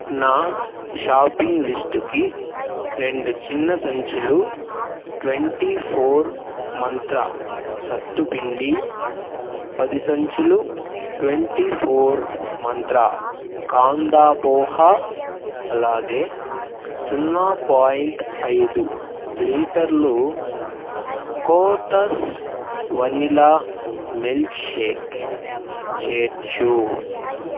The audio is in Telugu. నా షాపింగ్ లిస్టుకి రెండు చిన్న సంచులు ట్వంటీ ఫోర్ మంత్ర సత్తు పిండి పది సంచులు ట్వంటీ ఫోర్ మంత్ర కాందా పోహా అలాగే సున్నా పాయింట్ ఐదు లీటర్లు కోతస్ వనీలా మిల్క్ షేక్ చేర్చు